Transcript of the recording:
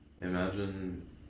imagine